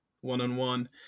one-on-one